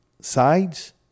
sides